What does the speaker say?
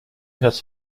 has